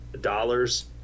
dollars